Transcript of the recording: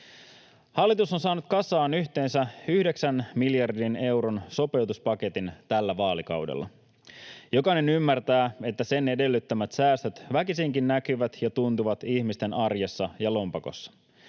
Hallitus on saanut kasaan yhteensä yhdeksän miljardin euron sopeutuspaketin tällä vaalikaudella. Jokainen ymmärtää, että sen edellyttämät säästöt väkisinkin näkyvät ja tuntuvat ihmisten arjessa ja lompakossa.